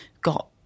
got